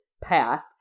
path